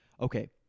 okay